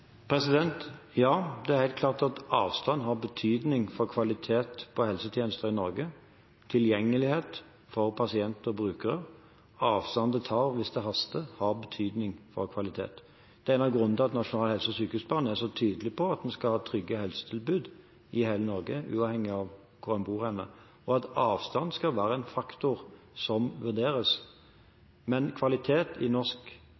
Ja, det er helt klart at avstand har betydning for kvalitet på helsetjenester i Norge og for tilgjengelighet for pasient og brukere. Tiden det tar hvis det haster, har betydning for kvalitet. Det er en av grunnene til at Nasjonal helse- og sykehusplan er så tydelig på at en skal ha trygge helsetilbud i hele Norge, uavhengig av hvor en bor, og at avstand skal være en faktor som vurderes. Men kvalitet i norsk